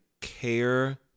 care